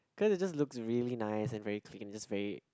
cause it just looks really nice and very clean just very